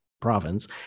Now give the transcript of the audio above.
province